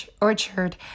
orchard